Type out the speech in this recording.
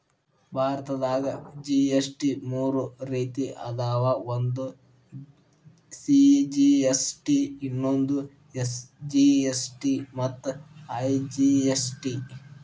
ಭಾರತದಾಗ ಜಿ.ಎಸ್.ಟಿ ಮೂರ ರೇತಿ ಅದಾವ ಒಂದು ಸಿ.ಜಿ.ಎಸ್.ಟಿ ಇನ್ನೊಂದು ಎಸ್.ಜಿ.ಎಸ್.ಟಿ ಮತ್ತ ಐ.ಜಿ.ಎಸ್.ಟಿ